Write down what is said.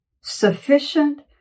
Sufficient